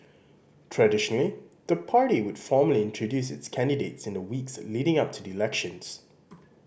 traditionally the party would formally introduce its candidates in the weeks leading up to the elections